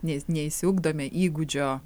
ne neišsiugdome įgūdžio